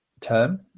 term